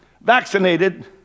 vaccinated